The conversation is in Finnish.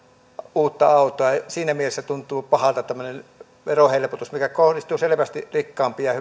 uutta autoa siinä mielessä tuntuu pahalta tämmöinen verohelpotus joka kohdistuu selvästi rikkaampiin ja